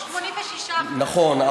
86%. נכון,